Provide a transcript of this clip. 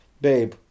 Babe